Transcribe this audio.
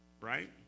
right